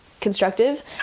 Constructive